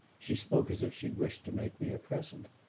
she spoke as if she wished to make me a present.